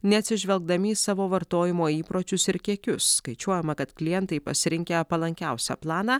neatsižvelgdami į savo vartojimo įpročius ir kiekius skaičiuojama kad klientai pasirinkę palankiausią planą